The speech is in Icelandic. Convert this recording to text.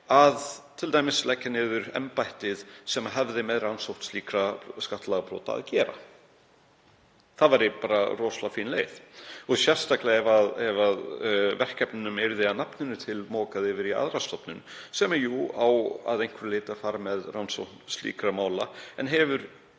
að leggja t.d. niður embættið sem hefur með rannsókn slíkra skattalagabrota að gera. Það væri bara rosalega fín leið, sérstaklega ef verkefnunum yrði að nafninu til mokað yfir í aðra stofnun sem á jú að einhverju leyti að fara með rannsókn slíkra mála en hefur